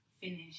finish